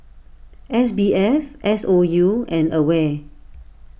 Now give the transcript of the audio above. S B F S O U and Aware